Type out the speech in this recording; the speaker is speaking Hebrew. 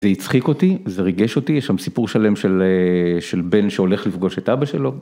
זה הצחיק אותי, זה ריגש אותי, יש שם סיפור שלם של בן שהולך לפגוש את אבא שלו.